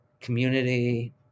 community